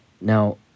now